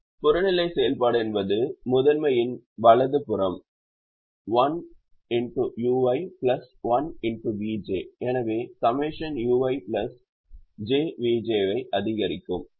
புறநிலை செயல்பாடு என்பது முதன்மையின் வலது புறம் எனவே ∑ui jvj ஐ அதிகரிக்கவும்